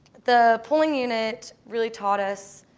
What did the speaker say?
the polling unit really taught us